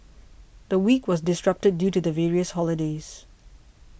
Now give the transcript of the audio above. the week was disrupted due to the various holidays